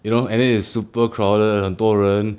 you know and then it's super crowded 很多人